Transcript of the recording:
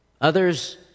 Others